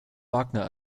wagner